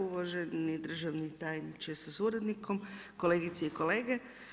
Uvaženi državni tajniče sa suradnikom, kolegice i kolege.